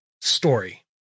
story